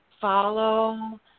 follow